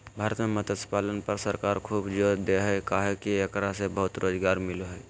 भारत में मत्स्य पालन पर सरकार खूब जोर दे हई काहे कि एकरा से बहुत रोज़गार मिलो हई